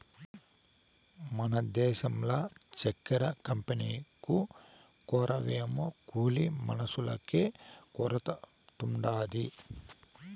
మన దేశంల చక్కెర కంపెనీకు కొరవేమో కూలి మనుషులకే కొరతుండాది